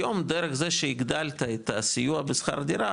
היום דרך זה שהגדלת את הסיוע בשכר דירה,